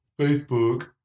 Facebook